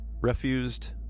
Refused